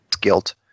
guilt